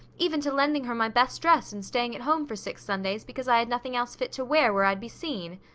even to lending her my best dress and staying at home for six sundays because i had nothing else fit to wear where i'd be seen.